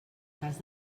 cas